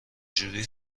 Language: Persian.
جوری